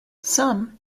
some